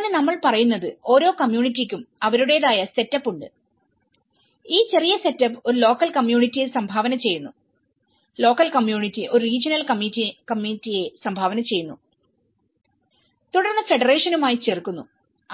അങ്ങനെ നമ്മൾ പറയുന്നത്ഓരോ കമ്മ്യൂണിറ്റിക്കും അവരുടേതായ സെറ്റപ്പ് ഉണ്ട്ഈ ചെറിയ സെറ്റപ്പ് ഒരു ലോക്കൽ കമ്മ്യൂണിറ്റിയെ സംഭാവന ചെയ്യുന്നു ലോക്കൽ കമ്മ്യൂണിറ്റിഒരു റീജിയണൽ കമ്മിറ്റിയെ സംഭാവന ചെയ്യുന്നു തുടർന്ന് ഫെഡറേഷനുമായി ചേർക്കുന്നു